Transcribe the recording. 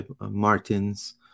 Martins